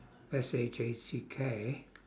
S H A C K